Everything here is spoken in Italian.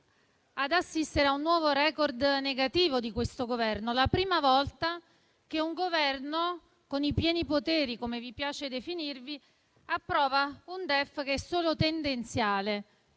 ad assistere a un nuovo *record* negativo di questo Governo: la prima volta che un Governo con i pieni poteri - come vi piace definirvi - approva un DEF che è solo tendenziale.